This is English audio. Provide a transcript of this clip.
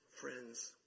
friends